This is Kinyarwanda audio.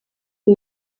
iri